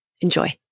Enjoy